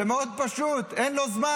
זה מאוד פשוט: אין לו זמן,